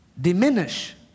diminish